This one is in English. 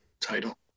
title